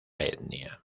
etnia